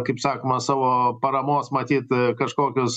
kaip sakoma savo paramos matyt kažkokius